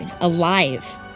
alive